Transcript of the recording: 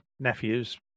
Nephew's